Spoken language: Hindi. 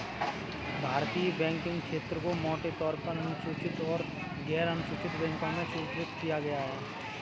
भारतीय बैंकिंग क्षेत्र को मोटे तौर पर अनुसूचित और गैरअनुसूचित बैंकों में वर्गीकृत किया है